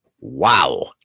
Wow